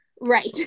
right